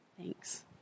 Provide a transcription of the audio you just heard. Thanks